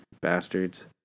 bastards